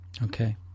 Okay